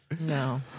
no